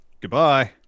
goodbye